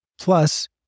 Plus